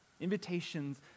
Invitations